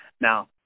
Now